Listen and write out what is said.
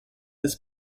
his